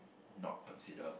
not consider